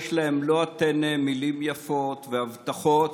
יש להם מלוא הטנא מילים יפות והבטחות,